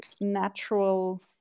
natural